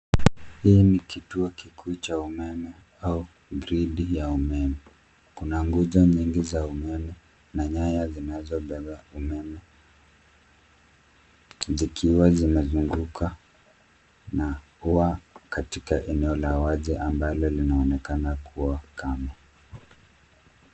Hii ni kituo kikuu cha umeme au gridi ya umeme. Kuna nguzo nyingi za umeme na nyaya zinazobeba umeme zikiwa zimezungukwa na ua katika eneo la wazi ambalo linaonekana kuwa ukame.